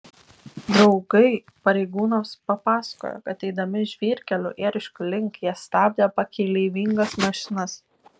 draugai pareigūnams papasakojo kad eidami žvyrkeliu ėriškių link jie stabdė pakeleivingas mašinas